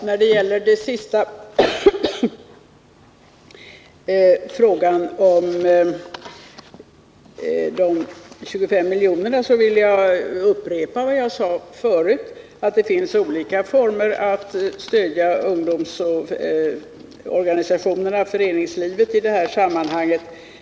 Herr talman! I fråga om de 25 miljonerna vill jag upprepa vad jag sade förut, att det finns olika former för att stödja ungdomsorganisationerna och föreningslivet.